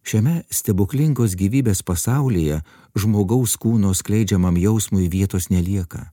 šiame stebuklingos gyvybės pasaulyje žmogaus kūno skleidžiamam jausmui vietos nelieka